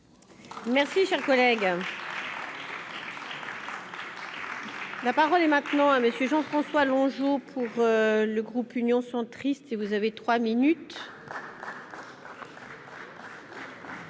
Merci, cher collègue. La parole est maintenant à monsieur Jean-François Longeot pour le groupe Union centriste, si vous avez 3 minutes.